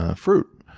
ah fruit.